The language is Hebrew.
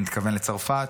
אני מתכוון לצרפת,